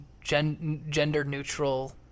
gender-neutral